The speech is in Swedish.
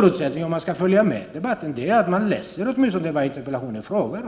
förutsättning för att man skall kunna följa med i en interpellationsdebatt är att man åtminstone läser vad interpellationen handlar om.